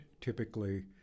typically